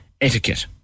etiquette